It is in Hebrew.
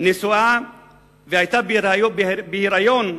נשואה והיתה בהיריון,